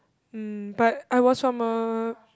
mm but I was from a